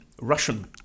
Russian